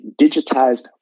digitized